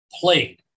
played